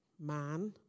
man